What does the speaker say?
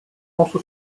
also